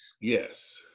Yes